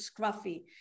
scruffy